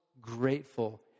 grateful